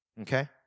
Okay